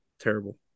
Terrible